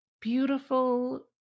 beautiful